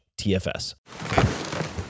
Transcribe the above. TFS